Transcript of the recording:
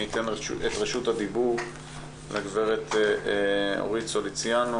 אתן את רשות הדיבור לגב' אורית סוליציאנו,